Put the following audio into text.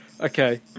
Okay